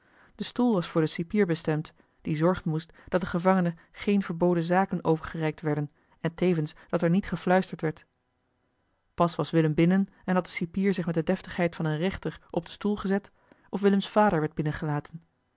de stoel was voor den cipier bestemd die zorgen moest dat den gevangene geene verboden zaken overgereikt werden en tevens dat er niet gefluisterd werd pas was willem binnen en had de cipier zich met de deftigheid van een rechter op den stoel gezet of willems vader werd binnen